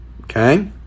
Okay